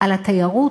על התיירות,